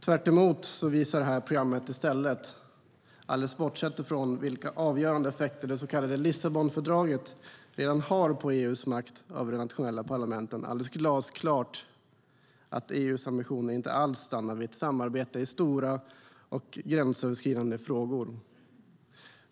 Tvärtom visar det här arbetsprogrammet i stället - alldeles bortsett ifrån vilka avgörande effekter det så kallade Lissabonfördraget redan har på EU:s makt över de nationella parlamenten - glasklart att EU:s ambitioner inte alls stannar vid ett samarbete i stora och gränsöverskridande frågor.